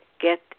get